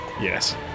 yes